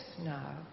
now